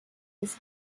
his